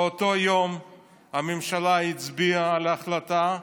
באותו יום הממשלה הצביעה על ההחלטה.